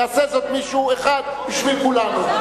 יעשה זאת מישהו אחד בשביל כולנו.